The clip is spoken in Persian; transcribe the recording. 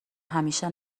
همیشه